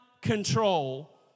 control